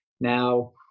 Now